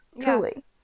Truly